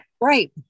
right